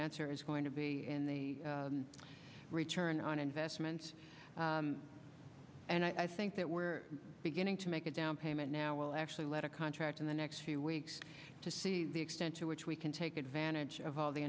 answer is going to be in the return on investment and i think that we're beginning to make a down payment now will actually lead a contract in the next few weeks to see the extent to which we can take advantage of all the